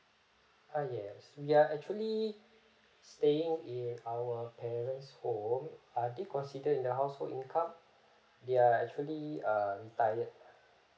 ah yes we are actually staying in our parents home are they considered in the household income they're actually uh retired